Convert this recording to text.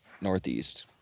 Northeast